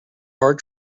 hard